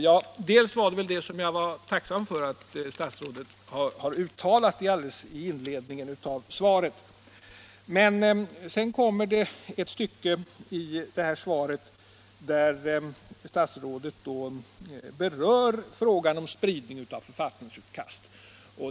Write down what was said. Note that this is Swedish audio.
Jo, det som jag inledningsvis sade att jag var tacksam för. Sedan kommer ett stycke i svaret där statsrådet berör frågan om spridning av författningsutkast.